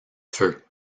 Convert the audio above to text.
feu